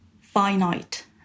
finite